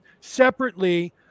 separately